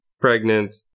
pregnant